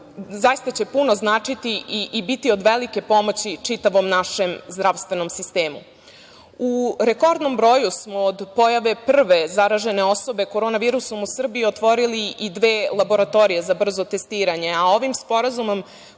zaista će puno značiti i biti od velike pomoći čitavom našem zdravstvenom sistemu.U rekordnom broju smo od pojave prve zaražene osobe korona virusom u Srbiji otvorili i dve laboratorije za brzo testiranje, a ovim sporazumom